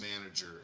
manager